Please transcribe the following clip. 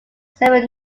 several